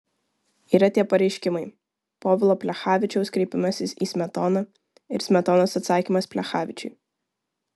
yra tie pareiškimai povilo plechavičiaus kreipimasis į smetoną ir smetonos atsakymas plechavičiui